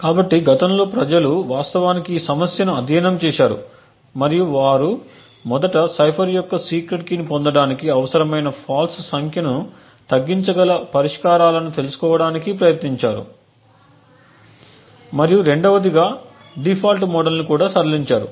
కాబట్టి గతంలో ప్రజలు వాస్తవానికి ఈ సమస్యను అధ్యయనం చేశారు మరియు వారు మొదట సైఫర్ యొక్క సీక్రెట్ కీని పొందటానికి అవసరమైన ఫాల్ట్స్ సంఖ్యను తగ్గించగల పరిష్కారాలను తెలుసుకోవడానికి ప్రయత్నించారు మరియు 2 వదిగా డిఫాల్ట్ మోడల్ను కూడా సడలించారు